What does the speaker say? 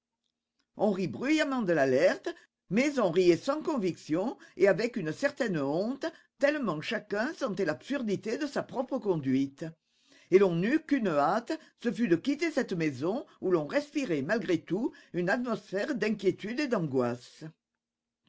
on rit bruyamment de l'alerte mais on riait sans conviction et avec une certaine honte tellement chacun sentait l'absurdité de sa propre conduite et l'on n'eut qu'une hâte ce fut de quitter cette maison où l'on respirait malgré tout une atmosphère d'inquiétude et d'angoisse